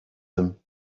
him